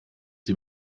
sie